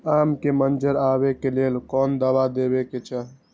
आम के मंजर आबे के लेल कोन दवा दे के चाही?